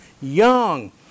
young